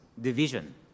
Division